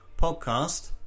podcast